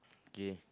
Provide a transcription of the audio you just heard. gay